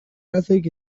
arazorik